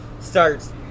starts